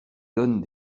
donnent